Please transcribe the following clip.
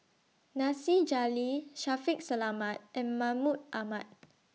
Nasir Jalil Shaffiq Selamat and Mahmud Ahmad